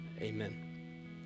Amen